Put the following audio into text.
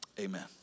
Amen